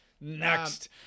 Next